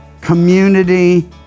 community